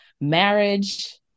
marriage